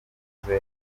banjye